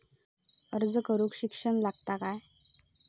अर्ज करूक शिक्षण लागता काय?